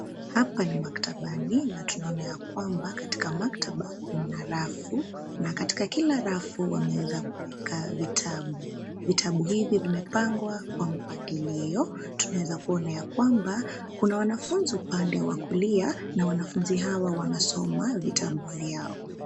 Hapa ni maktabani na tunaona ya kwamba katika maktaba kuna rafu na katika kila rafu wameweza kuweka vitabu. Vitabu hivi vimepangwa kwa mpangilio. Tunaweza kuona ya kwamba kuna wanafunzi upande wa kulia na wanafunzi hawa wanasoma vitabu vyao.